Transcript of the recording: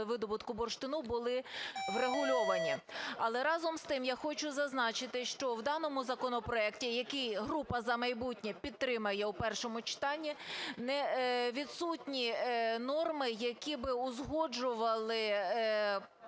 видобутку бурштину були врегульовані. Але, разом з тим, я хочу зазначити, що в даному законопроекті, який група "За майбутнє" підтримає у першому читанні, відсутні норми, які б узгоджували